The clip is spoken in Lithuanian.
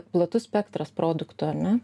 platus spektras produktų ar ne